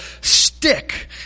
stick